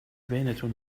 بینتون